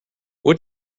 what